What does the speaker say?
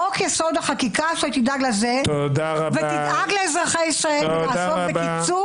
חוק יסוד החקיקה ידאג לזה וידאג לאזרחי ישראל בקיצור